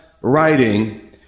writing